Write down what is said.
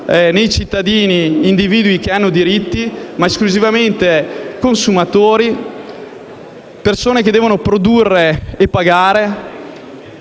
nei cittadini individui che hanno diritti, ma esclusivamente consumatori, persone che devono produrre e pagare.